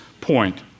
point